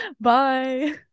Bye